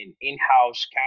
in-house